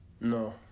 No